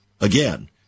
Again